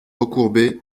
recourbés